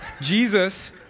Jesus